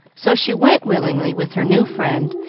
so she went willingly with her new friend,